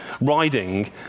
riding